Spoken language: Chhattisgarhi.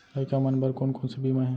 लइका मन बर कोन कोन से बीमा हे?